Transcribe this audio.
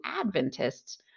Adventists